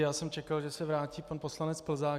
Já jsem čekal, že se vrátí pan poslanec Plzák.